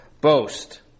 boast